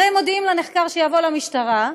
הרי מודיעים לנחקר שיבוא למשטרה.